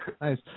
Nice